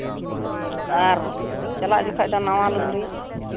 ᱟᱨ ᱪᱟᱞᱟᱜ ᱡᱚᱠᱷᱮᱡ ᱫᱚ ᱱᱟᱣᱟ ᱞᱩᱜᱽᱲᱤᱡ